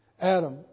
Adam